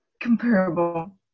comparable